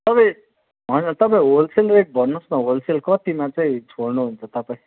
तपाईँ होइन तपाईँ होलसेल रेट भन्नुहोस् न होलसेल कतिमा चाहिँ छोड्नुहुन्छ तपाईँ